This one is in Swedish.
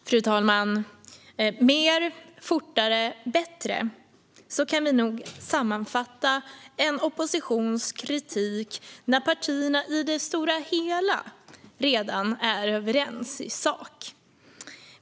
Fru talman! Mer, fortare, bättre - så kan vi nog sammanfatta oppositionens kritik när partierna i det stora hela är överens i sak.